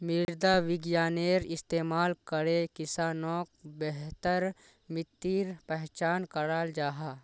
मृदा विग्यानेर इस्तेमाल करे किसानोक बेहतर मित्तिर पहचान कराल जाहा